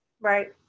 right